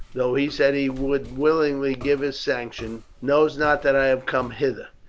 though he said he would willingly give his sanction, knows not that i have come hither.